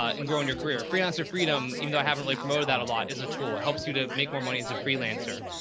ah in growing your career, freelancer freedom, even though i haven't really promoted that a lot is a tool. it helps you to make more money as a freelancer.